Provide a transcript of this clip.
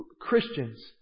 Christians